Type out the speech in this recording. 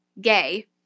gay